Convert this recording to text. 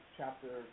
chapter